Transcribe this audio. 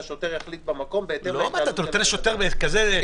השוטר יחליט במקום בהתאם להתנהלות הבן אדם.